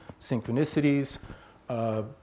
synchronicities